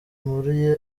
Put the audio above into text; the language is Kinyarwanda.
muri